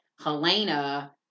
Helena